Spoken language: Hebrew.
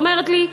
ואומרת לי: